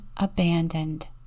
abandoned